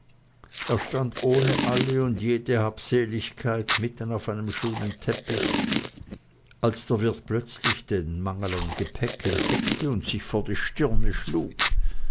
er stand ohne alle und jede habseligkeit mitten auf einem schönen teppich als der wirt plötzlich den mangel an gepäck entdeckte und sich vor die stirne schlug